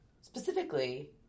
specifically